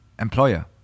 employer